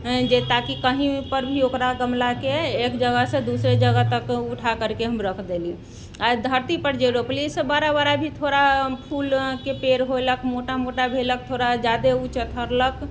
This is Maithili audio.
जे ताकि कहींपर भी ओकरा गमलाके एक जगहसँ दूसरे जगह तक उठा करके हम रख देलियै आइ धरती पर जे रोपली से बड़ा बड़ा भी थोड़ा फूलके पेड़ होयलक मोटा मोटा भेलक थोड़ा जादे उ चतरलक